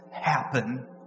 happen